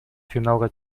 финалга